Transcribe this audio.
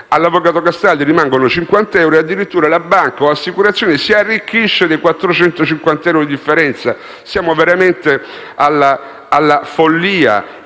all'avvocato Castaldi rimangono 50 euro e la banca o l'assicurazione si arricchisce dei 450 euro di differenza. Siamo veramente alla follia.